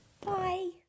Bye